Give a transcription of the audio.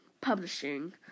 publishing